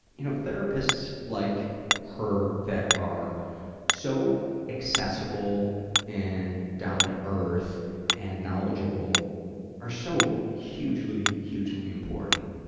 you know, therapists like her that are so accessible and down to earth and knowledgeable are so hugely, hugely important,